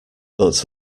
but